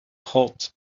hot